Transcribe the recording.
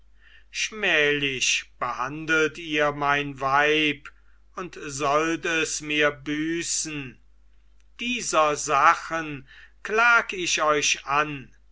schmählich behandeltet ihr mein weib und sollt es mir büßen dieser sachen klag ich euch an